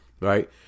right